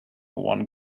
one